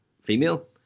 female